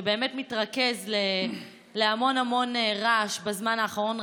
שבאמת מתרכז להמון המון רעש בזמן האחרון,